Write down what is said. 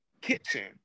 kitchen